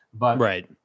Right